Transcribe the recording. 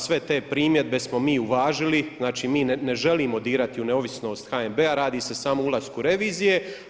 Sve te primjedbe smo mi uvažili, znači mi ne želimo dirati u neovisnost HNB-a, radi se samo o ulasku revizije.